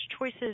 choices